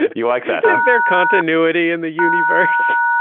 you know like is there continuity in the yeah uni-verse?